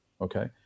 Okay